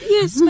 Yes